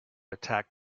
attack